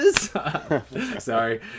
Sorry